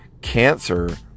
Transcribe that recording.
cancer